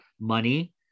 money